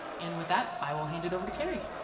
and with that, i will hand it over to carey.